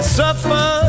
suffer